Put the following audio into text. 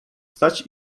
stać